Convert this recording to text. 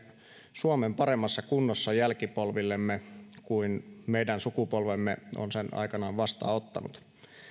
suomen paremmassa kunnossa jälkipolvillemme kuin meidän sukupolvemme on sen aikanaan vastaanottanut